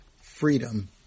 freedom